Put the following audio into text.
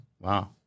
Wow